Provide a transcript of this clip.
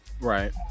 Right